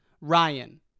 Ryan